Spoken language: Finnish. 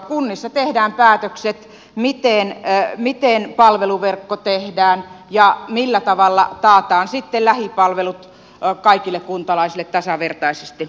kunnissa tehdään päätökset miten palveluverkko tehdään ja millä tavalla taataan sitten lähipalvelut kaikille kuntalaisille tasavertaisesti